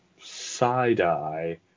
side-eye